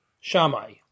Shammai